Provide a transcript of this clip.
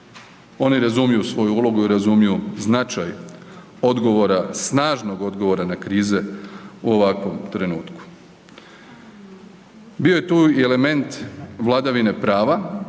Oni razumiju svoju ulogu i razumiju značaj odgovora, snažnog odgovora na krize u ovakvom trenutku. Bio je tu i element vladavine prava,